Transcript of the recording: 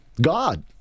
god